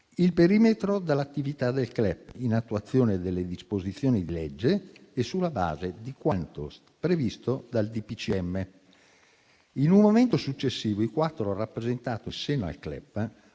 il perimetro dell'attività del CLEP, in attuazione delle disposizioni di legge e sulla base di quanto previsto dal DPCM. In un momento successivo, i quattro hanno rappresentato insieme al CLEP,